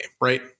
right